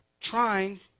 trying